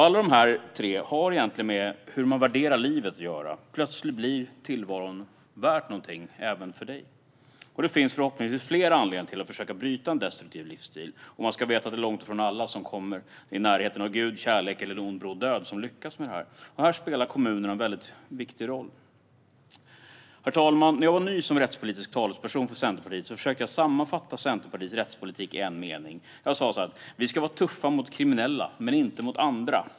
Alla dessa tre orsaker har att göra med hur man värderar livet. Plötsligt blir tillvaron värd något. Det finns förhoppningsvis fler anledningar till att försöka bryta en destruktiv livsstil, och man ska veta att långt ifrån alla som kommer i närheten av Gud, kärleken eller ond bråd död lyckas med det. Här spelar kommunerna därför en viktig roll. Herr talman! När jag var ny som rättspolitisk talesperson för Centerpartiet försökte jag sammanfatta Centerpartiets rättspolitik i en mening: Vi ska vara tuffa mot kriminella men inte mot andra.